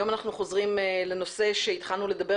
היום אנחנו חוזרים לנושא שהתחלנו לדבר